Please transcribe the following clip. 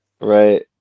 Right